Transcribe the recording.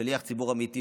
בשליח ציבור אמיתי.